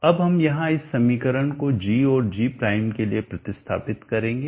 अब हम यहाँ इस समीकरण को g और g प्राइम के लिए प्रतिस्थापित करेंगे